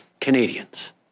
Canadians